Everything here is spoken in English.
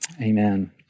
Amen